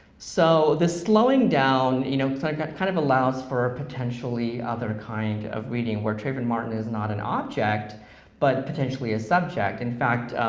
so the slowing down you know like kind of allows for a potentially other kind of reading, where trayvon martin is not an object but potentially a subject. in fact,